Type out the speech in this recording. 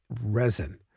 resin